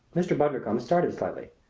mr. bundercombe started slightly.